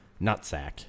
nutsack